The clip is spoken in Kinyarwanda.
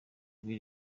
ijwi